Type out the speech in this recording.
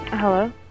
hello